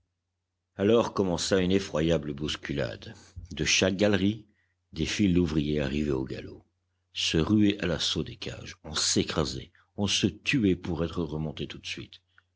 alors commença une effroyable bousculade de chaque galerie des files d'ouvriers arrivaient au galop se ruaient à l'assaut des cages on s'écrasait on se tuait pour être remonté tout de suite